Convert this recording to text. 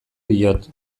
diot